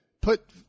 put